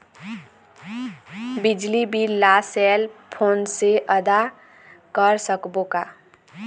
बिजली बिल ला cell phone से आदा कर सकबो का?